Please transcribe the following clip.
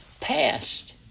past